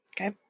Okay